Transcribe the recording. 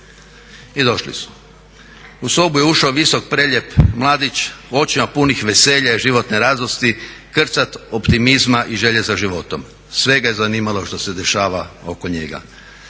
I došli su. U sobu je ušao visok, prelijep mladih, očima punih veselja i životne radosti, krcat optimizma i želje za životom. Sve ga je zanimalo što se dešava oko njega.